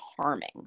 harming